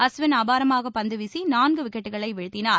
Ashwin அபாரமாகபந்துவீசிநான்குவிக்கெட்களைவீழ்த்தினார்